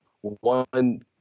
one